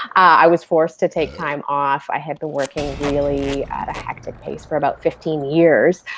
i was forced to take time off. i had been working really a hectic pace for about fifteen years,